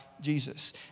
Jesus